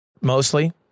mostly